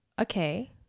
Okay